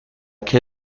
que